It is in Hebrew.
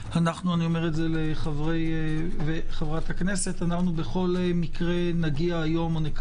אני אומר את זה לחברי וחברת הכנסת נקיים היום בכל מקרה דיון